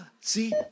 see